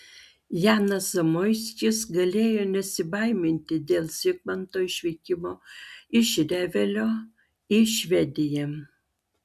janas zamoiskis galėjo nesibaiminti dėl zigmanto išvykimo iš revelio į švediją